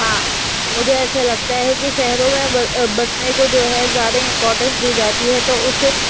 ہاں مجھے ایسا لگتا ہے کہ شہروں میں بسنے کو جو ہے زیادہ امپارٹینس دی جاتی ہے تو اس سے